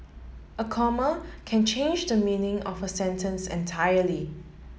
a comma can change the meaning of a sentence entirely